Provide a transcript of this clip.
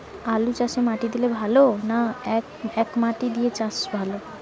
আলুচাষে মাটি দিলে ভালো না একমাটি দিয়ে চাষ ভালো?